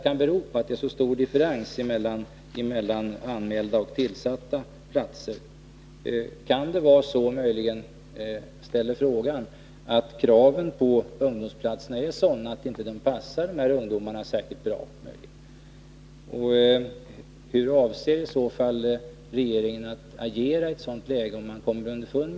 Kan det möjligen vara så att kraven som ställs för dessa ungdomsplatser är sådana att de inte passar de här ungdomarna särskilt bra? Hur avser i så fall regeringen att agera i ett sådant läge?